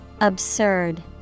absurd